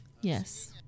Yes